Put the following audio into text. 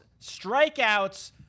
Strikeouts